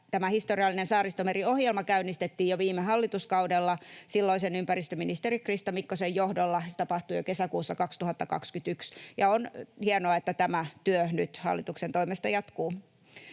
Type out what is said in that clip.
tämä historiallinen Saaristomeri-ohjelma käynnistettiin jo viime hallituskaudella silloisen ympäristöministeri Krista Mikkosen johdolla — se tapahtui jo kesäkuussa 2021 — ja on hienoa, että tämä työ nyt hallituksen toimesta jatkuu.